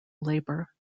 labor